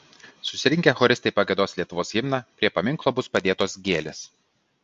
susirinkę choristai pagiedos lietuvos himną prie paminklo bus padėtos gėlės